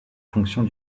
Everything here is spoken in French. fonctions